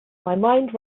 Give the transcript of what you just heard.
mind